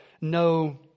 no